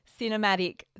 cinematic